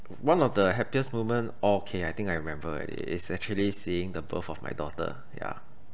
one of the happiest moment okay I think I remember already it's actually seeing the birth of my daughter yeah